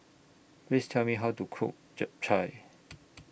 Please Tell Me How to Cook Japchae